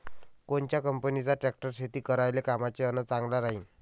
कोनच्या कंपनीचा ट्रॅक्टर शेती करायले कामाचे अन चांगला राहीनं?